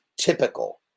typical